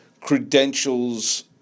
credentials